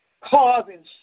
causing